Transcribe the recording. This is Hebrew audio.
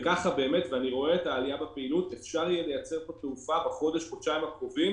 ככה אפשר יהיה לייצר פה תעופה בחודש-חודשיים הקרובים.